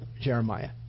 Jeremiah